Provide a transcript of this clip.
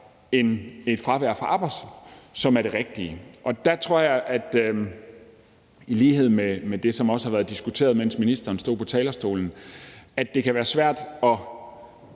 være et fravær fra arbejdet, som vil være det rigtige, og der tror jeg, i lighed med det, der også har været diskuteret, mens ministeren stod på talerstolen, at det kan være svært at